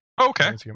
okay